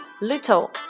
little